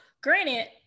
granted